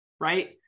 Right